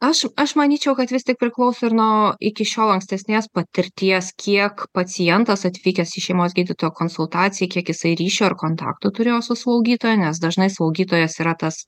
aš aš manyčiau kad vis tik priklauso ir nuo iki šiol ankstesnės patirties kiek pacientas atvykęs į šeimos gydytojo konsultacijai kiek jisai ryšio ar kontaktų turėjo su slaugytoja nes dažnai slaugytojas yra tas